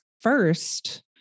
first